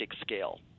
scale